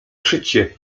szycie